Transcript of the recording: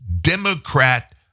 Democrat